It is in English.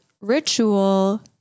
ritual